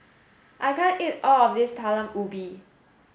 I can't eat all of this Talam Ubi